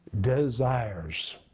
desires